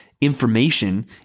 information